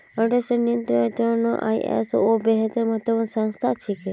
अंतर्राष्ट्रीय नियंत्रनेर त न आई.एस.ओ बेहद महत्वपूर्ण संस्था छिके